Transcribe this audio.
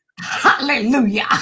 Hallelujah